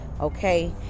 okay